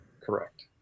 Correct